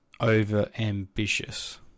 over-ambitious